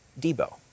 Debo